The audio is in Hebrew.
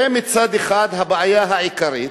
זה מצד אחד הבעיה העיקרית.